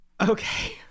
Okay